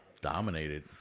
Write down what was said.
Dominated